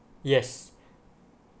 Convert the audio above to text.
yes